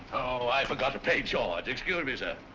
oh, i forgot to pay george. excuse me,